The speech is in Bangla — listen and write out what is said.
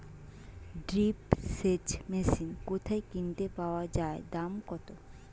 ড্রিপ সেচ মেশিন কোথায় কিনতে পাওয়া যায় দাম কত?